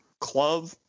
club